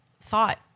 thought